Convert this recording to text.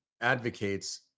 advocates